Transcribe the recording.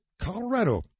colorado